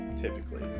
typically